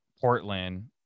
Portland